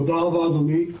תודה רבה, אדוני.